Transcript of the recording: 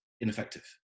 ineffective